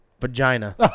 vagina